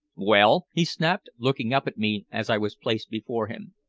well? he snapped, looking up at me as i was placed before him.